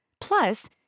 Plus